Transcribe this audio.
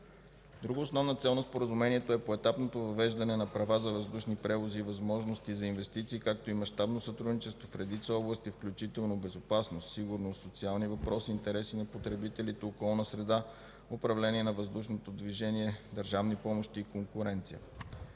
Друга основна цел на споразумението е поетапното въвеждане на права за въздушни превози и възможности за инвестиции, както и мащабно сътрудничество в редица области, включително безопасност, сигурност, социални въпроси, интереси на потребителите, околна среда, управление на въздушното движение, държавни помощи и конкуренция.